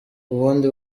ubundi